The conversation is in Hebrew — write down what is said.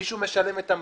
מישהו משלם את המחיר.